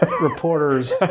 reporter's